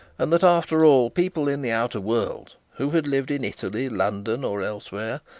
and that after all, people in the outer world, who had lived in italy, london, or elsewhere,